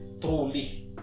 truly